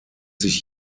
sich